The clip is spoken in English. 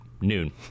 noon